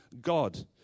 God